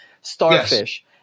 Starfish